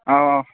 आओ